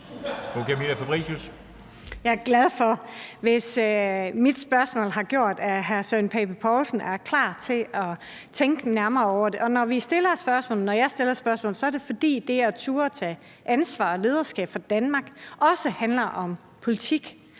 Jeg er glad for, hvis mit spørgsmål har gjort, at hr. Søren Pape Poulsen er klar til at tænke nærmere over det. Og når jeg stiller spørgsmålet, er det, fordi det at turde at tage ansvar og lederskab for Danmark også handler om politik,